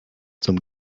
zum